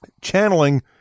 channeling